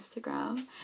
Instagram